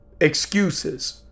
excuses